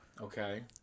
Okay